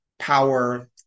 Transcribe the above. Power